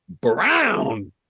Brown